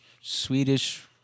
Swedish